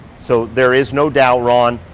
so there is no doubt, ron,